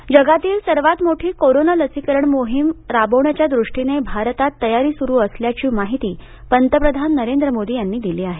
लसीकरण जगातील सर्वात मोठी कोरोना लसीकरण मोहीम राबवण्याच्या द्रष्टीने भारतात तयारी सुरु असल्याची माहिती पंतप्रधान नरेंद्र मोदींनी दिली आहे